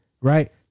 right